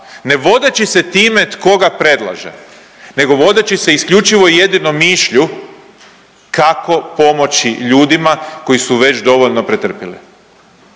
ne vodeći se time tko ga predlaže nego vodeći se isključivo i jedino mišlju kako pomoći ljudima koji su već dovoljno pretrpjeli,